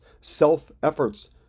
self-efforts